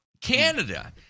Canada